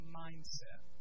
mindset